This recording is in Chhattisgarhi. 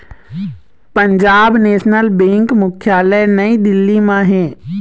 पंजाब नेशनल बेंक मुख्यालय नई दिल्ली म हे